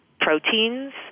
proteins